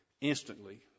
instantly